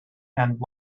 and